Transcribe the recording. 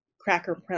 cracker